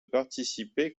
participer